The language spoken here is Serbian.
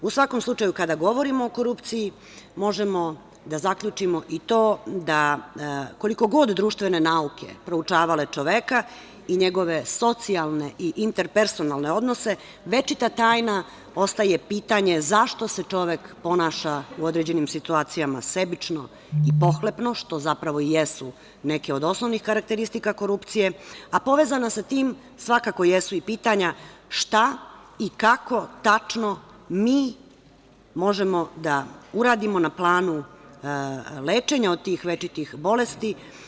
U svakom slučaju, kada govorimo o korupciji možemo da zaključimo i to da koliko god društvene nauke proučavale čoveka i njegove socijalne i interpersonalne odnose večita tajna ostaje pitanje zašto se čovek ponaša u određenim situacijama sebično i pohlepno, što zapravo i jesu neke od osnovnih karakteristika korupcije, a povezano sa tim svakako jesu i pitanja šta i kako tačno mi možemo da uradimo na planu lečenja od tih večitih bolesti.